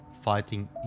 fighting